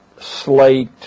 slate